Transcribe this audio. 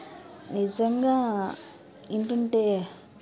నిజంగా వింటుంటే